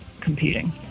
competing